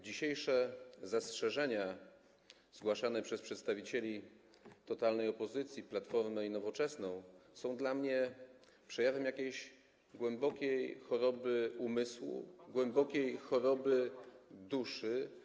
Dzisiejsze zastrzeżenia, zgłaszane przez przedstawicieli totalnej opozycji, Platformę i Nowoczesną, są dla mnie przejawem jakiejś głębokiej choroby umysłu, głębokiej choroby duszy.